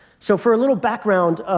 so for a little background,